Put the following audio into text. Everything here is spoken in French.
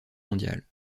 mondiale